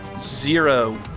Zero